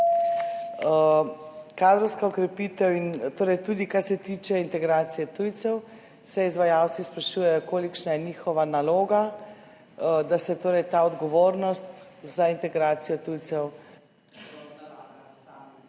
Kadrovska okrepitev, torej tudi kar se tiče integracije tujcev, se izvajalci sprašujejo, kakšna je njihova naloga, da se ta odgovornost za integracijo tujcev